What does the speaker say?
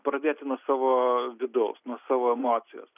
pradėti nuo savo vidaus nuo savo emocijos